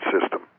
system